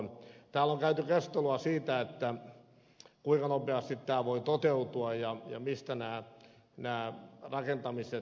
täällä on käyty keskustelua siitä kuinka nopeasti tämä voi toteutua ja mistä nämä rakentamiset toteutuminen ovat kiinni